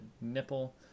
nipple